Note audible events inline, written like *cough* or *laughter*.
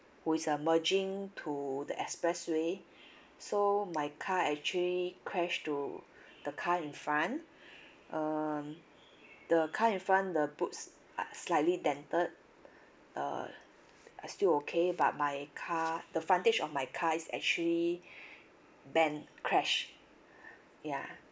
which uh merging to the expressway *breath* so my car actually crashed to *breath* the car in front *breath* um the car in front the boot's uh slightly dented *breath* uh I still okay but my car the frontage of my car is actually *breath* bend crash *breath* ya